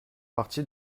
partie